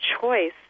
choice